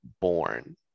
born